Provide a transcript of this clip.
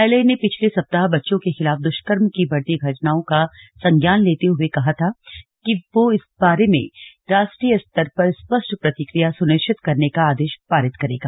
न्यायालय ने पिछले सप्ताह बच्चों के खिलाफ दुष्कर्म की बढ़ती घटनाओं का संज्ञान लेते हुए कहा था कि वह इस बारे में राष्ट्रीय स्तर पर स्पष्ट प्रतिक्रिया सुनिश्चित करने का आदेश पारित करेगा